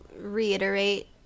reiterate